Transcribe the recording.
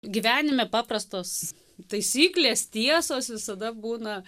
gyvenime paprastos taisyklės tiesos visada būna